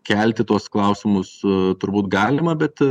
kelti tuos klausimus su turbūt galima bet